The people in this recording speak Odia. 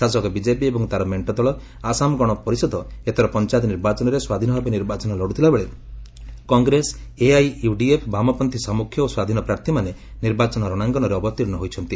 ଶାସକ ବିକେପି ଏବଂ ତା'ର ମେଣ୍ଟ ଦଳ ଆସାମ ଗଣ ପରିଷଦ ଏଥର ପଞ୍ଚାୟତ ନିର୍ବାଚନରେ ସ୍ୱାଧୀନ ଭାବେ ନିର୍ବାଚନ ଲଢ଼ୁଥିଲାବେଳେ କଂଗ୍ରେସ ଏଆଇୟୁଡିଏଫ୍ ବାମପନ୍ଥୀ ସାଞ୍ଗୁଖ୍ୟ ଓ ସ୍ୱାଧୀନ ପ୍ରାର୍ଥୀମାନେ ନିର୍ବାଚନ ରଣାଙ୍ଗନରେ ଅବତୀର୍ଷ୍ଣ ହୋଇଛନ୍ତି